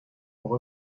pour